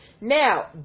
Now